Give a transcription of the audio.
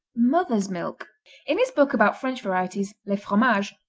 mother's milk in his book about french varieties, les fromages,